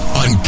on